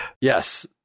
Yes